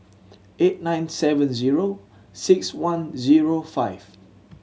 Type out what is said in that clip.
eight nine seven zero six one zero five